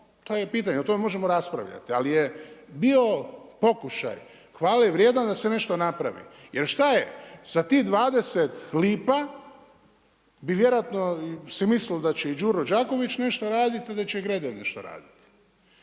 ili ne slažemo, o tome možemo raspravljati. Ali je bio pokušaj hvale vrijedan da se nešto napravi. Jer šta je za tih 20 lipa bi vjerojatno se mislilo da će i Đuro Đaković nešto raditi, a da će i Gredelj nešto raditi.